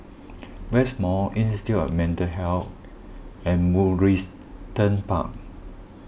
West Mall Institute of Mental Health and Mugliston Park